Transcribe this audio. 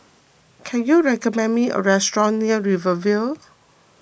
can you recommend me a restaurant near Rivervale